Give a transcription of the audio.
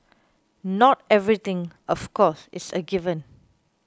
not everything of course is a given